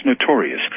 notorious